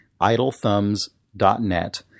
idlethumbs.net